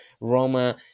Roma